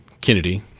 Kennedy